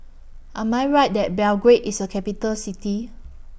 Am I Right that Belgrade IS A Capital City